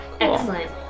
Excellent